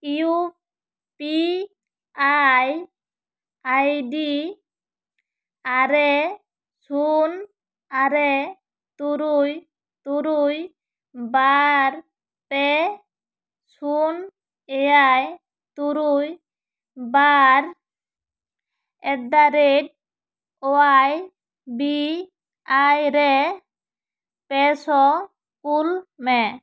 U ᱯᱤ ᱟᱭ ᱟᱭ ᱰᱤ ᱟᱨᱮ ᱥᱩᱱ ᱟᱨᱮ ᱛᱩᱨᱩᱭ ᱛᱩᱨᱩᱭ ᱵᱟᱨ ᱯᱮ ᱥᱩᱱ ᱮᱭᱟᱭ ᱛᱩᱨᱩᱭ ᱵᱟᱨ ᱮᱴ ᱫᱟ ᱨᱮᱴ ᱚᱭᱟᱭ ᱵᱤ ᱟᱭ ᱨᱮ ᱯᱮᱥᱚ ᱠᱳᱞ ᱢᱮ